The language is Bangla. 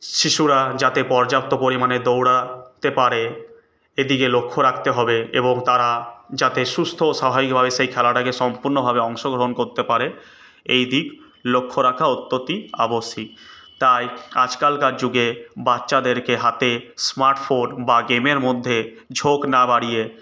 শিশুরা যাতে পর্যাপ্ত পরিমাণে দৌড়াতে পারে এদিকে লক্ষ্য রাখতে হবে এবং তারা যাতে সুস্থ ও স্বাভাবিকভাবে সেই খেলাটাকে সম্পূর্ণভাবে অংশগ্রহণ করতে পারে এইদিক লক্ষ্য রাখা অত্যন্ত আবশ্যিক তাই আজকালকার যুগে বাচ্চাদেরকে হাতে স্মার্টফোন বা গেমের মধ্যে ঝোঁক না বাড়িয়ে